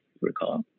recall